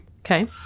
Okay